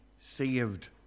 saved